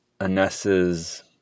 Anessa's